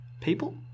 people